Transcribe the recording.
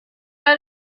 out